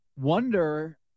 wonder